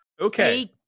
Okay